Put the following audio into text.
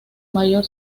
mayor